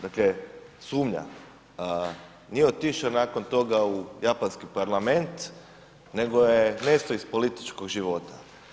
Dakle sumnja, nije otišao nakon toga u Japanski parlament nego je nestao iz političkog života.